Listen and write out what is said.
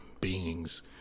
beings